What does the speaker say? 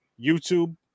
YouTube